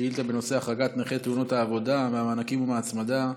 שאילתה בנושא: החרגת נכי תאונות העבודה מהמענקים ומהצמדה.